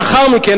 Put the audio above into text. לאחר מכן,